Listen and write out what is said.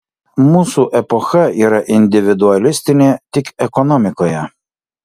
mūsų epocha yra individualistinė tik ekonomikoje